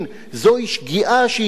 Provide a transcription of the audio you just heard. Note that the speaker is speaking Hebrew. זוהי שגיאה שישראל,